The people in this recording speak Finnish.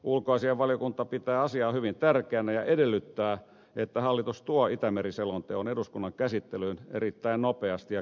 ulkoasiainvaliokunta pitää asiaa hyvin tärkeänä ja edellyttää että hallitus tuo itämeri selonteon eduskunnan käsittelyyn erittäin nopeasti ja kiireellisesti